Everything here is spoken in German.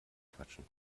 quatschen